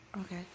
Okay